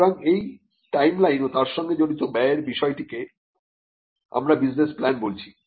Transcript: সুতরাং এই টাইমলাইন ও তার সঙ্গে জড়িত ব্যয়ের বিষয়টিকে আমরা বিজনেস প্ল্যান বলি